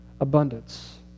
abundance